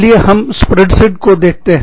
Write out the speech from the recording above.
चलिए हम स्प्रेडशीट को देखते हैं